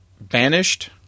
Banished